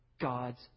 God's